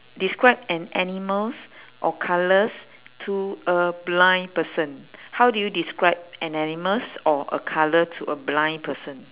describe an animals or colours to a blind person how do you describe an animals or a colour to a blind person